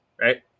Right